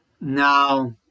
Now